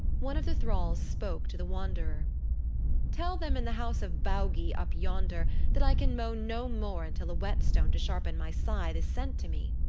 one of the thralls spoke to the wanderer tell them in the house of baugi up yonder that i can mow no more until a whetstone to sharpen my scythe is sent to me.